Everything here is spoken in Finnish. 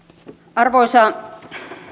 arvoisa